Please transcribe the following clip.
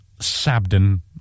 Sabden